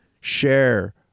share